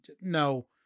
No